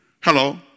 Hello